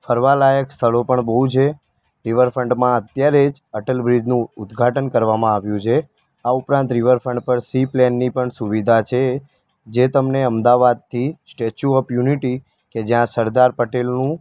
ફરવાલાયક સ્થળો પણ બહુ છે રિવરફ્રન્ટમાં અત્યારે જ અટલ બ્રિજનું ઉદ્ઘાટન કરવામાં આવ્યું છે આ ઉપરાંત રિવરફ્રન્ટ પર સી પ્લેનની પણ સુવિધા છે જે તમને અમદાવાદથી સ્ટૅચ્યુ ઑફ યુનિટી જયાં સરદાર પટેલનું